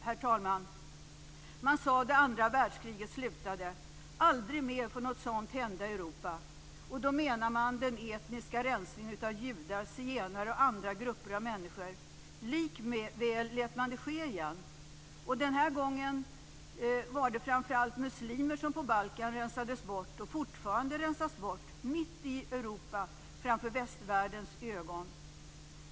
Herr talman! Då andra världskriget slutade sade man: Aldrig mer får något sådant hända i Europa. Då menade man den etniska rensningen av judar, zigenare och andra grupper av människor. Likväl lät man det ske igen. Den här gången var det framför allt muslimer på Balkan som rensades bort. Och de rensas fortfarande bort - mitt i Europa framför västvärldens ögon.